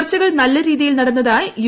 ചർച്ചകൾ നല്ല രീതിയിൽ നടന്നതായി ് യു